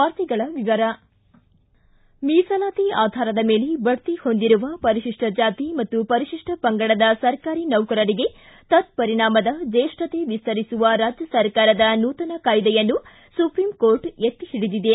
ವಾರ್ತೆಗಳ ವಿವರ ಮೀಸಲಾತಿ ಆಧಾರದ ಮೇಲೆ ಬಡ್ತಿ ಹೊಂದಿರುವ ಪರಿಶಿಷ್ಟ ಜಾತಿ ಮತ್ತು ಪಂಗಡದ ಸರ್ಕಾರಿ ನೌಕರರಿಗೆ ತಕ್ಷರಿಣಾಮದ ಜ್ಯೇಷ್ಠತೆ ವಿಸ್ತರಿಸುವ ರಾಜ್ಯ ಸರ್ಕಾರದ ನೂತನ ಕಾಯ್ದೆಯನ್ನು ಸುಪ್ರೀಂ ಕೋರ್ಟ್ ಎತ್ತಿ ಹಿಡಿದಿದೆ